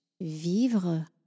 Vivre